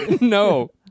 No